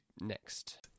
next